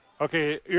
Okay